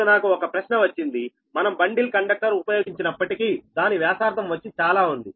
ఇప్పుడు నాకు ఒక ప్రశ్న వచ్చింది మనం బండిల్ కండక్టర్ ఉపయోగించినప్పటికీ దాని వ్యాసార్థం వచ్చి చాలా ఉంది